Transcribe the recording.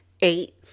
eight